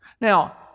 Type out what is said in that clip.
Now